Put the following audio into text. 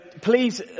please